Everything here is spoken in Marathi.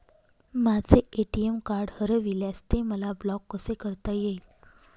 माझे ए.टी.एम कार्ड हरविल्यास ते मला ब्लॉक कसे करता येईल?